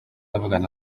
avugana